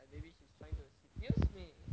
like maybe she is here to seduce me